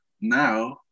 now